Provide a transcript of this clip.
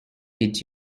did